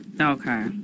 Okay